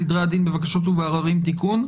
(סדרי הדין בבקשות ובעררים) (תיקון),